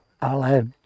Ale